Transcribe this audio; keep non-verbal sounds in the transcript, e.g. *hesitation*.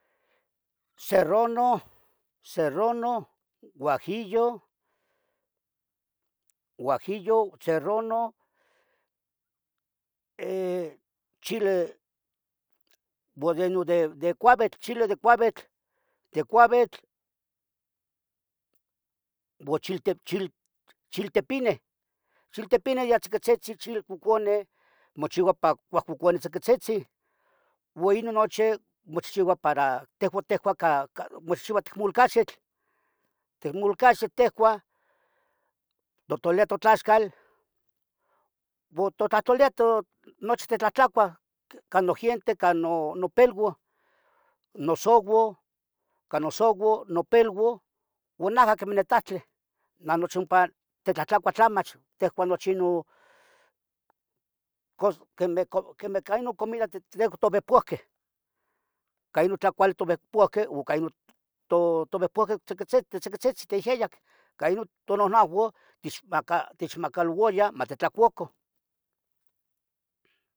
Serrano, serrano, huajillo, huajillo, serrano, uo *hesitation* chile de couetl, chile de couetl uoh chiltepineh, chileh tziquitzitzin, chileh coconeh mochiua ca pomeh tziquitzitzin uoi inon nochi mochihchiua para tehuan ticuah ca mochihchiua ipan timolcaxitl, timolcaxitl tecuah. Totonia totlaxcal uo tohtoletoh nochi titlahtlacuah ca nogiente ca nopeluan, nosouau, can nosouau uan nopeluan uan najah quemeh tahchin namochi titlahtlacuah tlimach, ticuah nochi inon quemeh ca inon comida tovepohqueh ica inon tlacual tovehpohqueh tovehpohqueh titziquitzitzin teeyan ica non tonanahuan techmacaluia matitlacuacan.